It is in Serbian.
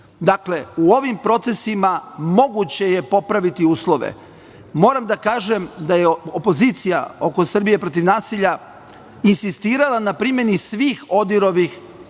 u ovim procesima moguće je popraviti uslove. Moram da kažem da je opozicija oko „Srbije protiv nasilja“ insistirala na primeni svih ODIHR-ovih